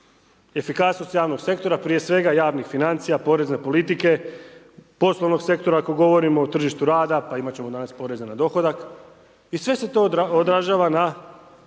efikasnost javnog sektora prije svega javnih financija, porezne politike, poslovnog sektora, ako govorimo o tržištu rada pa imat ćemo danas i poreze na dohodak i sve se to odražava na